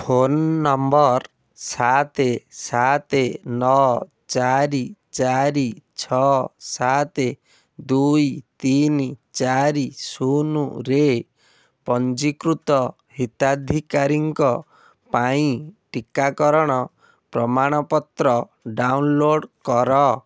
phone ନମ୍ବର ସାତ ସାତ ନଅ ଚାରି ଚାରି ଛଅ ସାତ ଦୁଇ ତିନି ଚାରି ଶୂନରେ ପଞ୍ଜୀକୃତ ହିତାଧିକାରୀଙ୍କ ପାଇଁ ଟିକାକରଣ ପ୍ରମାଣପତ୍ର ଡାଉନଲୋଡ଼୍ କର